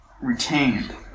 retained